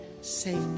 safe